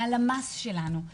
מהלמ"ס שלנו,